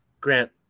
Grant